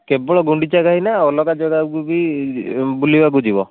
କେବଳ ଗୁଣ୍ଡିଚା ଘାଇ ନା ଅଲଗା ଜାଗାକୁ ବି ବୁଲିବାକୁ ଯିବ